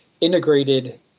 integrated